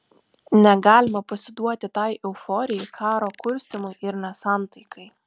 negalima pasiduoti tai euforijai karo kurstymui ir nesantaikai